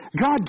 God